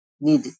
need